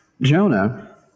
Jonah